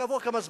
כעבור כמה זמן,